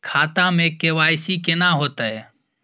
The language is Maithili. खाता में के.वाई.सी केना होतै?